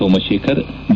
Somashekar V